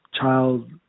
child